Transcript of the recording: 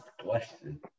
question